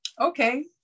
Okay